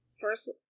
first